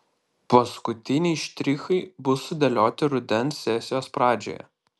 paskutiniai štrichai bus sudėlioti rudens sesijos pradžioje